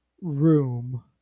room